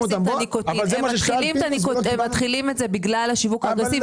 הם מתחילים את זה בגלל השיווק האגרסיבי.